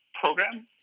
program